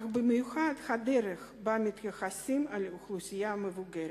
אך במיוחד הדרך שבה מתייחסים לאוכלוסייה המבוגרת.